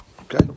Okay